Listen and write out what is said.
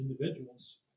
individuals